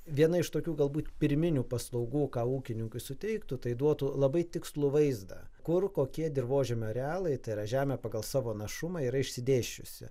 viena iš tokių galbūt pirminių paslaugų ką ūkininkui suteiktų tai duotų labai tikslų vaizdą kur kokie dirvožemio arealai tai yra žemė pagal savo našumą yra išsidėsčiusi